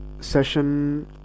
session